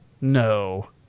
no